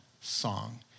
song